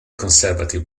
conservative